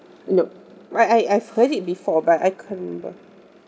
nope I I I've heard it before but I can't remember